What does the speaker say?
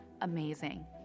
amazing